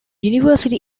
university